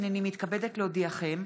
הינני מתכבדת להודיעכם,